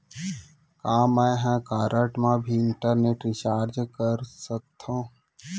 का मैं ह कारड मा भी इंटरनेट रिचार्ज कर सकथो